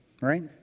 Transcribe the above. right